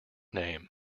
name